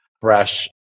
fresh